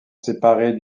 séparés